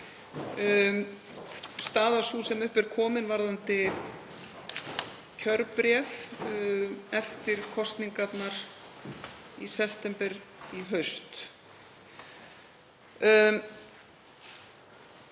staða sem upp er komin varðandi kjörbréf eftir kosningarnar í september í haust.